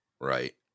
right